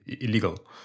illegal